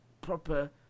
proper